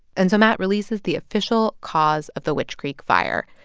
and so matt releases the official cause of the witch creek fire.